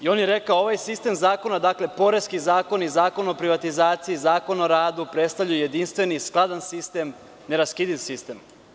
Rekao je – ovaj sistem zakona, Poreski zakoni, Zakon o privatizaciji, Zakon o radu predstavljaju jedinstven i skladan sistem, neraskidiv sistem.